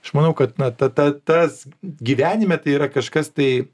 aš manau kad na ta ta tas gyvenime tai yra kažkas tai